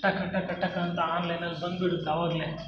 ಟಕ ಟಕ ಟಕ ಅಂತ ಆನ್ಲೈನಲ್ಲಿ ಬಂದ್ಬಿಡತ್ತೆ ಅವಾಗಲೇ